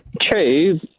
True